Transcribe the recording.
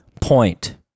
point